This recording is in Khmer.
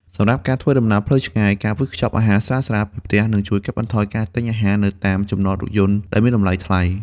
សម្រាប់ការធ្វើដំណើរផ្លូវឆ្ងាយ ការវេចខ្ចប់អាហារស្រាលៗពីផ្ទះ នឹងជួយកាត់បន្ថយការទិញអាហារនៅតាមចំណតរថយន្តដែលមានតម្លៃថ្លៃ។